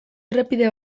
errepide